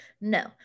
No